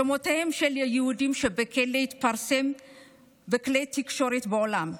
שמותיהם של היהודים שבכלא התפרסמו בכלי תקשורת בעולם,